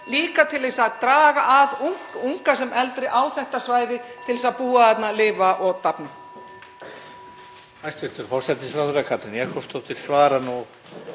líka til að draga að unga sem eldri á þetta svæði til að búa þarna, lifa og dafna.